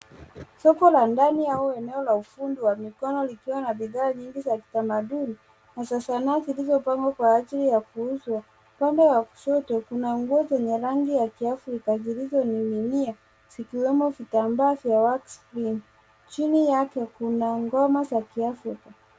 Soko la ndani au eneo la ufundi wa mikono likiwa na bidhaa nyingi za kitamaduni hasa sanaa zilizopangwa kwa ajili ya kuuzwa. Upande wa kushoto kuna nguo zenye rangi ya kiafrika zilizoning'inia zikiwemo vitambaa vya waxing . Chini yake kuna ngoma za kiafrika.